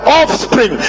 offspring